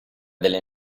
delle